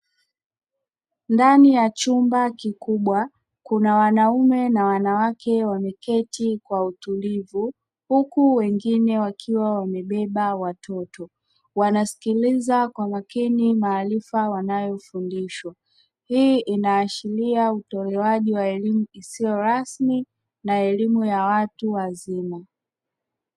Ndani ya chumba kikubwa kuna wanaume na wanawake wameketi kwa utulivu huku wengine wakiwa wamebeba watoto, wanasikiliza kwa makini maarifa wanayofundishwa, hii inaashiria utolewaji wa elimu isiyo rasmi na elimu ya watu wazima.